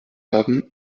haben